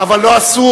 אבל לא אסור.